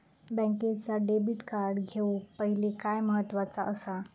बँकेचा debit card घेउक पाहिले काय महत्वाचा असा?